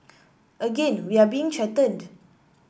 again we are being threatened